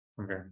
Okay